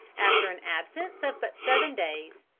after an absence of but seven days,